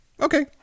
Okay